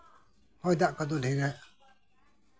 ᱦᱚᱭ ᱫᱟᱜ ᱠᱚᱫᱚ ᱰᱷᱮᱹᱨᱮ